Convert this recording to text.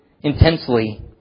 intensely